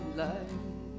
life